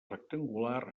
rectangular